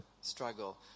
struggle